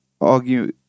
argue